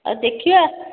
ହେଉ ଦେଖିବା